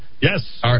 Yes